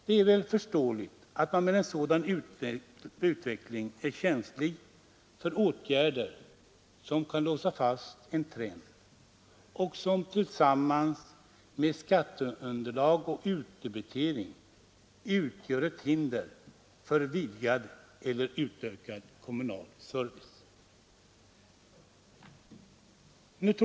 Det är väl förståeligt att man med en sådan utveckling är känslig för åtgärder som kan låsa fast en trend och som tillsammans med skatteunderlag och utdebitering utgör ett hinder för vidgad eller utökad kommunal service.